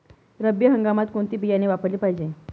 रब्बी हंगामात कोणते बियाणे वापरले पाहिजे?